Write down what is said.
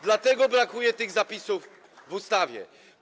Dlatego brakuje tych zapisów w ustawie.